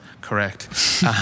correct